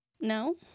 no